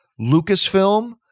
Lucasfilm